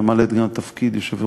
שממלאת גם את תפקיד יושבת-ראש